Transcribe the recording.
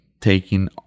taking